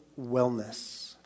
wellness